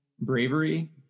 bravery